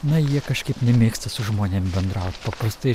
na jie kažkaip nemėgsta su žmonėm bendraut paprastai